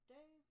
Day